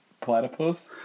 Platypus